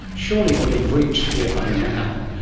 surely it would have reached here by now.